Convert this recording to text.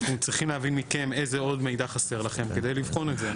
אנחנו צריכים להבין מכם איזה עוד מידע חסר לכם כדי לבחון את זה.